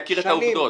שנכיר את העובדות.